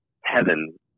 heaven